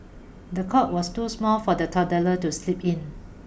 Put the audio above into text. the cot was too small for the toddler to sleep in